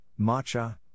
matcha